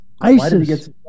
ISIS